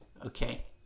okay